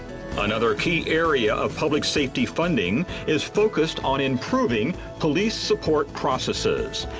another key area of public safety funding is focused on improving police support processes,